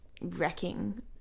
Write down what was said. wrecking